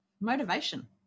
motivation